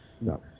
No